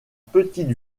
petite